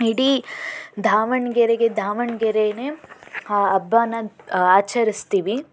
ಇಡೀ ದಾವಣಗೆರೆಗೆ ದಾವಣಗೆರೆನೇ ಆ ಹಬ್ಬನ ಆಚರಿಸ್ತೀವಿ